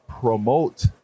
promote